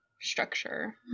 structure